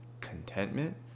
contentment